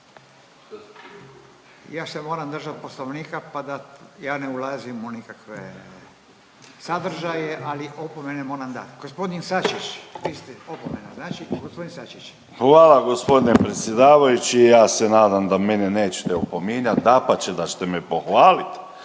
Ja se moram držat Poslovnika pa da ja ne ulazim u nikakve sadržaje, ali opomene moram dati. Gospodin Sačić, isto opomena. Znači gospodin Sačić. **Sačić, Željko (Hrvatski suverenisti)** Hvala gospodine predsjedavajući. Ja se nadam da mene neće opominjati, dapače da ćete me pohvaliti?